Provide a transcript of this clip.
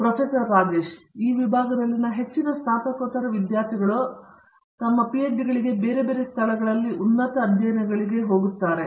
professor Rajesh Kumar ಈ ವಿಭಾಗದಲ್ಲಿನ ಹೆಚ್ಚಿನ ಸ್ನಾತಕೋತ್ತರ ವಿದ್ಯಾರ್ಥಿಗಳು ತಮ್ಮ ಪಿಹೆಚ್ಡಿಗಳಿಗೆ ಬೇರೆ ಬೇರೆ ಸ್ಥಳಗಳಲ್ಲಿ ಉನ್ನತ ಅಧ್ಯಯನದಲ್ಲಿ ಹೋಗುತ್ತಾರೆ